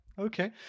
Okay